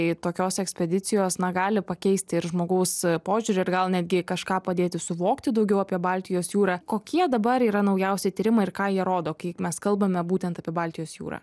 jei tokios ekspedicijos na gali pakeisti ir žmogaus požiūrį ir gal netgi kažką padėti suvokti daugiau apie baltijos jūrą kokie dabar yra naujausi tyrimai ir ką jie rodo kiek mes kalbame būtent apie baltijos jūrą